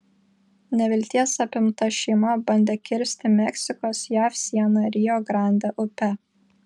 nevilties apimta šeima bandė kirsti meksikos jav sieną rio grande upe